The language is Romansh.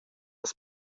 las